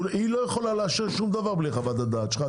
היא לא יכולה לאשר שום דבר בלי חוות הדעת שלך,